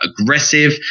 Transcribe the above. aggressive